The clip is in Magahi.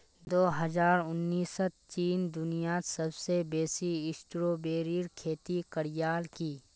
दो हजार उन्नीसत चीन दुनियात सबसे बेसी स्ट्रॉबेरीर खेती करयालकी